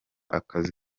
akazi